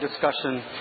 discussion